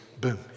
Boom